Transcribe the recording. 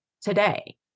today